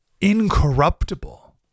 incorruptible